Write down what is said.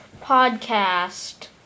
podcast